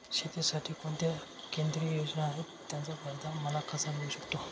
शेतीसाठी कोणत्या केंद्रिय योजना आहेत, त्याचा फायदा मला कसा मिळू शकतो?